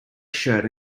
shirt